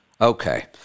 Okay